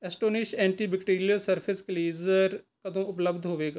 astonish antibacterial surface cleanser ਕਦੋਂ ਉਪਲੱਬਧ ਹੋਵੇਗਾ